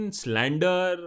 slander